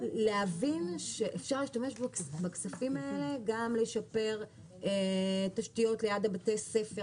להבין שאפשר להשתמש בכספים האלה גם לשפר תשתיות ליד בתי ספר,